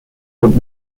und